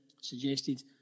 suggested